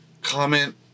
comment